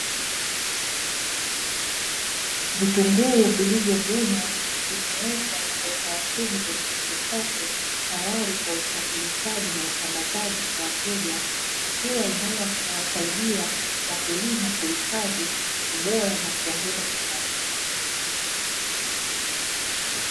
Vitunguu vilivyovunwa vimewekwa kwa utaratibu kwenye chombo chake, tayari kwa usafirishaji na usambazaji kwa wateja. Hatua inayowasaidia wakulima kuhifadhi ubora, na kuongeza kipato.